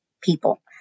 people